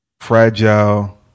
fragile